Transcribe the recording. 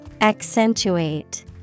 Accentuate